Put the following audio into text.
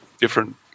different